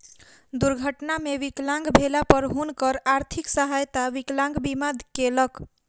दुर्घटना मे विकलांग भेला पर हुनकर आर्थिक सहायता विकलांग बीमा केलक